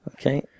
Okay